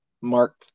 Mark